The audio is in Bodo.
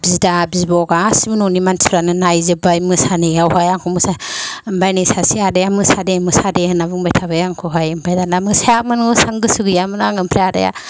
बिदा बिब' गासिबो न'नि मानसिफोरानो नायजोबबाय मोसानायावहाय आंखौ मोसा ओमफ्राय नै सासे आदाया मोसा दे मोसा दे होनबाय थाबाय आंखौहाय ओमफ्राय दाना मोसानो गोसो गैयामोन आङो ओमफ्राय आदाया